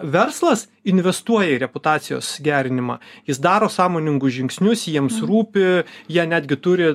verslas investuoja į reputacijos gerinimą jis daro sąmoningus žingsnius jiems rūpi jie netgi turi